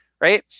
right